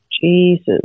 Jesus